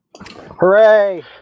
hooray